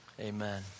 amen